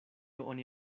oni